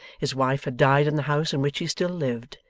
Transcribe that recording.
his wife had died in the house in which he still lived,